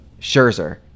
Scherzer